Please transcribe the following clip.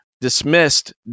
dismissed